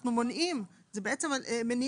אנחנו מונעים כך שזאת בעצם מניעה